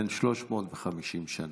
בן 350 שנה.